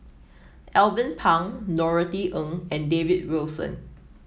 Alvin Pang Norothy Ng and David Wilson